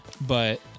But-